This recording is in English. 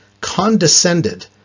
condescended